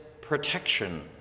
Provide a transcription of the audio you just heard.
protection